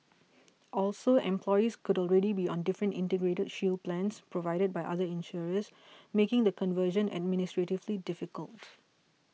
also employees could already be on different Integrated Shield plans provided by other insurers making the conversion administratively difficult